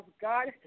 God